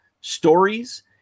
stories